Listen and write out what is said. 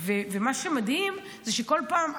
מה שמדהים זה שכל פעם,